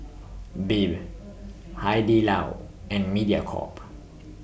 Bebe Hai Di Lao and Mediacorp